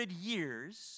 years